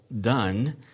done